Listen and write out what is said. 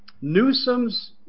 Newsom's